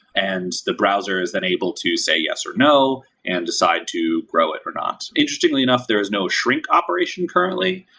and the browser is then able to say yes or no and decide to grow it or not. interestingly enough, there is no shrink operation currently.